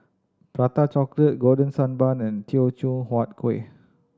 Prata Chocolate Golden Sand Bun and Teochew Huat Kueh